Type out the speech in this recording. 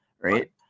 right